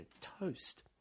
Toast